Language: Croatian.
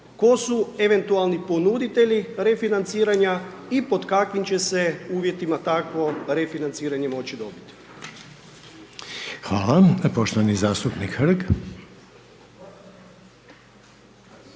tko su eventualni ponuditelji refinanciranja i pod kakvi će se uvjetima takvo refinanciranje moći dobiti. **Reiner, Željko (HDZ)** Hvala. Poštovani zastupnik Hrg.